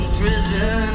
prison